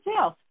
sales